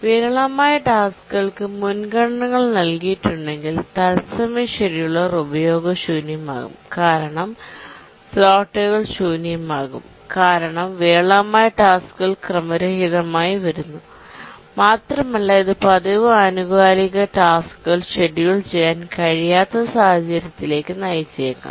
വിരളമായ ടാസ്ക്കുകൾക്ക് മുൻഗണനകൾ നൽകിയിട്ടുണ്ടെങ്കിൽ തത്സമയ ഷെഡ്യൂളർ ഉപയോഗശൂന്യമാകും കാരണം സ്ലോട്ടുകൾ ശൂന്യമാകും കാരണം വിരളമായ ടാസ്ക്കുകൾ ക്രമരഹിതമായി വരുന്നു മാത്രമല്ല ഇത് പതിവ് ആനുകാലിക ടാസ്ക്കുകൾ ഷെഡ്യൂൾ ചെയ്യാൻ കഴിയാത്ത സാഹചര്യത്തിലേക്ക് നയിച്ചേക്കാം